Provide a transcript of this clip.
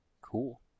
Cool